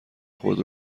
خود